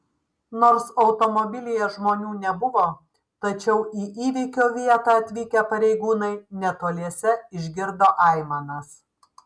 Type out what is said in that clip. nors automobilyje žmonių nebuvo tačiau į įvykio vietą atvykę pareigūnai netoliese išgirdo aimanas